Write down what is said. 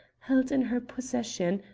held in her possession,